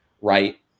right